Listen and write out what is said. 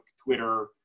Twitter